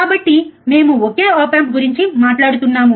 కాబట్టి మేము ఒకే ఆప్ ఆంప్ గురించి మాట్లాడుతున్నాము